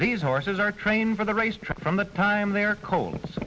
these horses are trained for the racetrack from the time they're cold